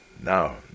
No